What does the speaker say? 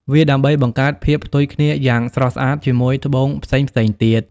វាដើម្បីបង្កើតភាពផ្ទុយគ្នាយ៉ាងស្រស់ស្អាតជាមួយត្បូងផ្សេងៗទៀត។